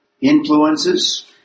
influences